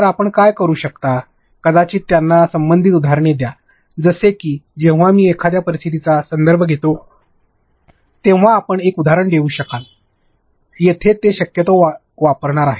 तर आपण काय करू शकता कदाचित त्यांना संबंधित उदाहरणे द्या जसे की जेव्हा मी एखाद्या परिस्थितीचा संदर्भ देतो तेव्हा आपण एक उदाहरण देऊ शकता जेथे ते शक्यतो हे वापरणार आहेत